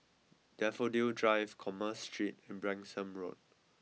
Daffodil Drive Commerce Street and Branksome Road